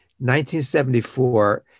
1974